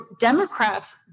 Democrats